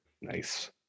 Nice